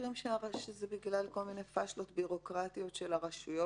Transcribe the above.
מקרים שזה בגלל כל מיני פשלות ובירוקרטיות של הרשויות?